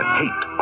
hate